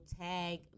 Tag